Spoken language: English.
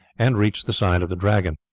and reached the side of the dragon.